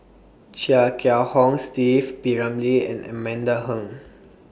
Chia Kiah Hong Steve P Ramlee and Amanda Heng